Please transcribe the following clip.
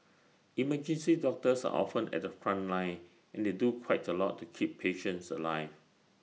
emergency doctors are often at the front line and they do quite A lot to keep patients alive